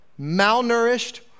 malnourished